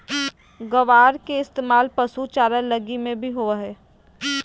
ग्वार के इस्तेमाल पशु चारा लगी भी होवो हय